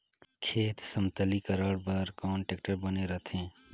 खेत समतलीकरण बर कौन टेक्टर बने रथे?